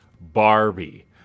Barbie